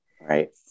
Right